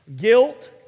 guilt